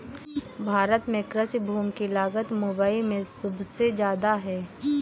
भारत में कृषि भूमि की लागत मुबई में सुबसे जादा है